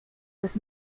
with